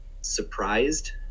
surprised